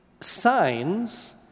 signs